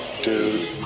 dude